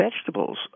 vegetables